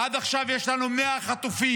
עד עכשיו יש לנו 100 חטופים